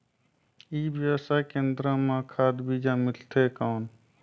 ई व्यवसाय केंद्र मां खाद बीजा मिलथे कौन?